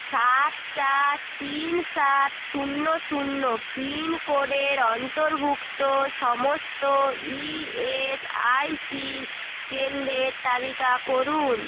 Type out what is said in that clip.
সাত চার তিন সাত শূন্য শূন্য পিনকোডের অন্তর্ভুক্ত সমস্ত ইএসআইসি কেন্দ্রের তালিকা করুন